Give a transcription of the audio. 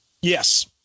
Yes